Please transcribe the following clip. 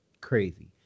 Crazy